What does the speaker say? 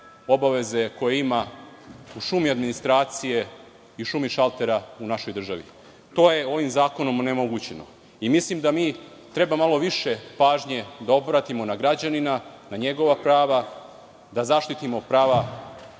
obaveze koje ima u šumi administracije i u šumi šaltera u našoj državi. To je ovim zakonom onemogućeno i mislim da treba malo više pažnje da obratimo na građanina, na njegova prava, da zaštitimo prava